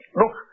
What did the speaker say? look